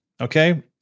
Okay